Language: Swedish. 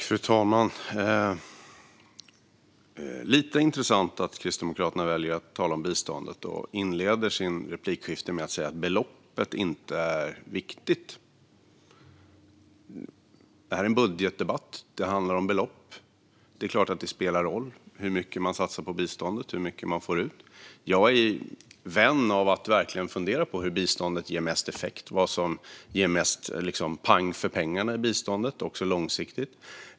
Fru talman! Det är lite intressant att Kristdemokraterna väljer att tala om biståndet och inleder replikskiftet med att säga att beloppet inte är viktigt. Detta är en budgetdebatt. Det handlar om belopp. Det är klart att det spelar roll hur mycket man satsar på biståndet och hur mycket man får ut. Jag är vän av att verkligen fundera på hur biståndet ger mest effekt och på vad som ger mest pang för pengarna i biståndet - också långsiktigt.